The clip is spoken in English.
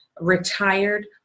retired